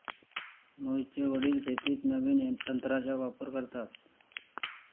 मोहितचे वडील शेतीत नवीन तंत्राचा वापर करतात